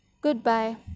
Goodbye